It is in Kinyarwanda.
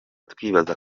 twibaza